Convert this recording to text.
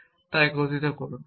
তা একত্রিত করুন